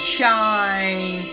shine